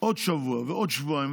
עוד שבוע ועוד שבועיים,